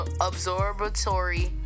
Observatory